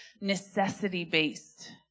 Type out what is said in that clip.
necessity-based